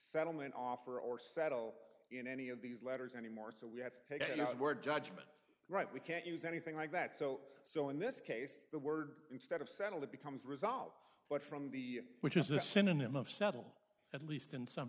settlement offer or settle in any of these letters anymore so we have taken the word judgment right we can't use anything like that so so in this case the word instead of settled it becomes resolve what from the which is a synonym of subtle at least in some